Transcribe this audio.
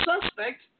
suspect